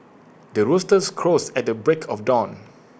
the rooster crows at the break of dawn